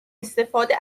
استفاده